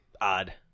odd